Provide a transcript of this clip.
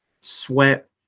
sweat